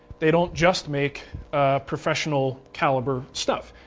they don't just make professional caliber stuff.